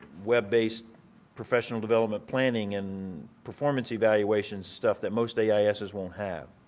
web-based professional development planning and performance evaluation stuff that most ais's won't have.